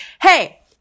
Hey